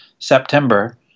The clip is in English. September